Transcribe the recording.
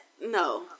no